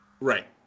Right